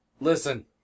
listen